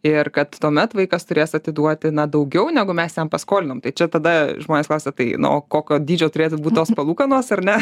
ir kad tuomet vaikas turės atiduoti na daugiau negu mes jam paskolinom tai čia tada žmonės klausia tai na o kokio dydžio turėtų būt tos palūkanos ar ne